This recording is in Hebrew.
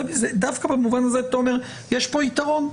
דווקא במובן הזה, תומר, יש פה יתרון.